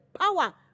power